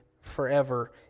forever